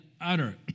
utter